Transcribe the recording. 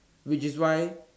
which is why